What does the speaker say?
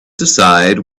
decide